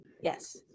yes